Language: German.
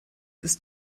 ist